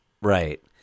Right